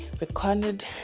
recorded